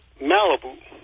Malibu